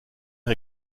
une